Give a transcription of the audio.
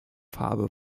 farbe